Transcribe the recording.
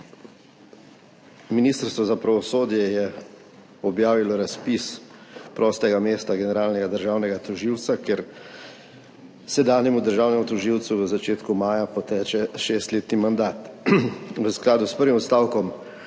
Ministrstvo za pravosodje je objavilo razpis prostega mesta generalnega državnega tožilca, ker sedanjemu državnemu tožilcu v začetku maja poteče šestletni mandat. V skladu s prvim odstavkom